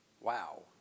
Wow